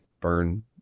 burn